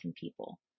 people